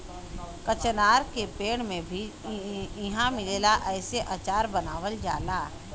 कचनार के पेड़ भी इहाँ मिलेला एसे अचार बनावल जाला